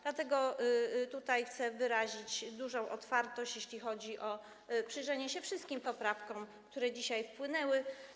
Dlatego chcę wyrazić dużą otwartość, jeśli chodzi o przyjrzenie się wszystkim poprawkom, które dzisiaj wpłynęły.